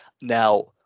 now